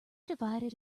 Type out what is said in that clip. divided